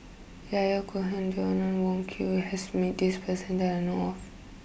Yahya Cohen and Joanna Wong Quee has met this person that I know of